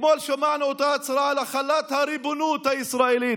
אתמול שמענו את אותה הצהרה על החלת הריבונות הישראלית.